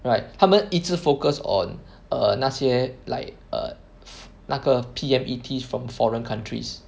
right 他们一直 focus on err 那些 like err 那个 P_M_E_Ts from foreign countries